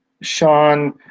Sean